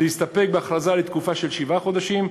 יש להסתפק בהכרזה לתקופה של כשבעה חודשים,